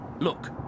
Look